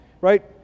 Right